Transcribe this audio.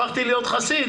הפכתי להיות חסיד,